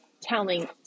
telling